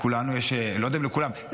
אני לא יודע אם לכולם,